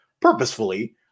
purposefully